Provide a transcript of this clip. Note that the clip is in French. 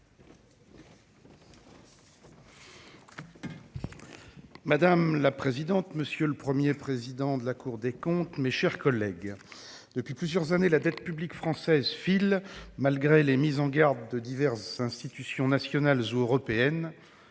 Madame la présidente, monsieur le Premier président, mes chers collègues, depuis plusieurs années, la dette publique française file, malgré les mises en garde de diverses institutions nationales ou européennes.